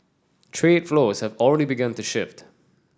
trade flows have already begun to shift